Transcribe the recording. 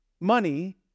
Money